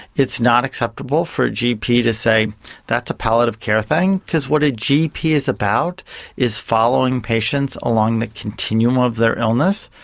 it's not acceptable for a gp to say that's a palliative care thing, because what a gp is about is following patients along the continuum of their illness.